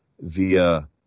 via